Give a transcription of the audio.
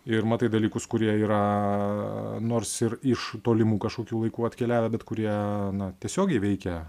ir matai dalykus kurie yra nors ir iš tolimų kažkokių laikų atkeliavę bet kurie tiesiogiai veikia